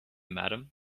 madam